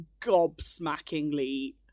gobsmackingly